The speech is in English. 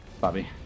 Bobby